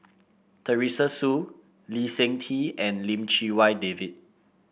Teresa Hsu Lee Seng Tee and Lim Chee Wai David